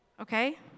Okay